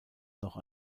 noch